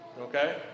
Okay